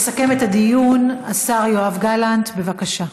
יסכם את הדיון השר יואב גלנט, בבקשה.